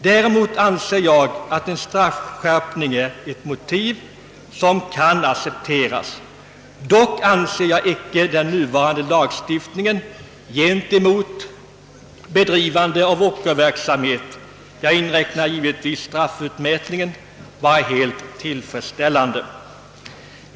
Däremot anser jag att en straffskärpning är ett motiv som kan accepteras. Dock menar jag att den nuvarande << lagstiftningen gentemot ockerverksamhet, jag inräknar givetvis straffutmätningen, inte är helt tillfredsställande.